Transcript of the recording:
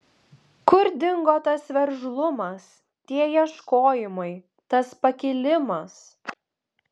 kur dingo tas veržlumas tie ieškojimai tas pakilimas